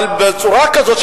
אבל בצורה כזאת,